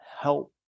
help